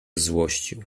złościł